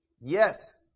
yes